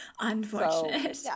unfortunate